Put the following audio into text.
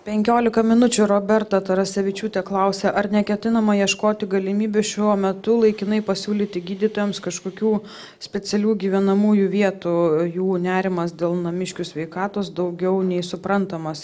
penkiolika minučių roberta tarasevičiūtė klausia ar neketinama ieškoti galimybių šiuo metu laikinai pasiūlyti gydytojams kažkokių specialių gyvenamųjų vietų jų nerimas dėl namiškių sveikatos daugiau nei suprantamas